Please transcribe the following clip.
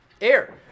Air